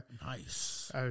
Nice